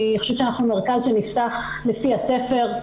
אני חושבת שאנחנו מרכז שנפתח לפי הספר,